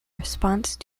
response